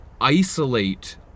isolate